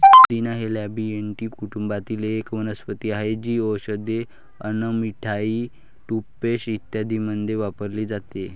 पुदिना हे लॅबिएटी कुटुंबातील एक वनस्पती आहे, जी औषधे, अन्न, मिठाई, टूथपेस्ट इत्यादींमध्ये वापरली जाते